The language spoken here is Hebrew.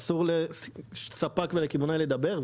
אסור לספר ולקמעונאי לדבר?